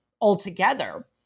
altogether